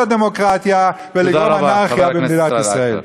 הדמוקרטיה ולגרום אנרכיה במדינת ישראל.